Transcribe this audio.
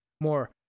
more